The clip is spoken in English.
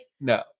no